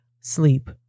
sleep